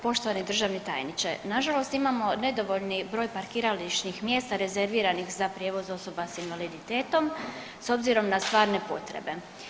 Poštovani državni tajniče, nažalost imamo nedovoljni broj parkirališnih mjesta rezerviranih za prijevoz osoba s invaliditetom s obzirom na stvarne potrebe.